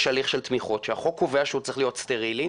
יש הליך של תמיכות שהחוק קובע שהוא צריך להיות סטרילי,